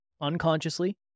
unconsciously